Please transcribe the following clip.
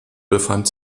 befand